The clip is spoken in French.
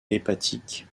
hépatique